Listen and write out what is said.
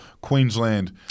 Queensland